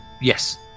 Yes